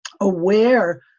aware